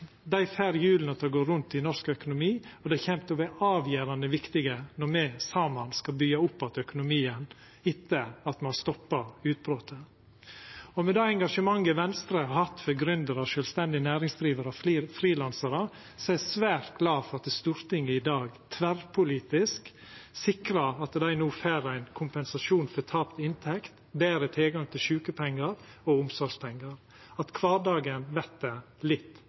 Dei får hjula til å gå rundt i norsk økonomi, og dei kjem til å vera avgjerande viktige når me saman skal byggja opp att økonomien etter at me har stoppa utbrotet. Med det engasjementet Venstre har hatt for gründerar og sjølvstendig næringsdrivande og frilansarar, er eg svært glad for at Stortinget i dag tverrpolitisk sikrar at dei no får ein kompensasjon for tapt inntekt og betre tilgang til sjukepengar og omsorgspengar – at kvardagen vert litt